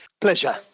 Pleasure